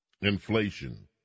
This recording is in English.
inflation